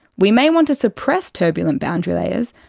we may want to suppress turbulent boundary layers,